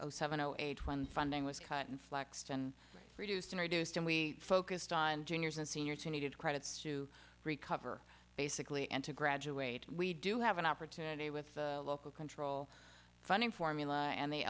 sense seven zero eight when funding was cut and flexed and reduced and reduced and we focused on juniors and seniors who needed credits to recover basically and to graduate we do have an opportunity with the local control funding formula and the